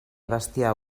bestiar